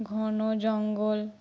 ঘন জঙ্গল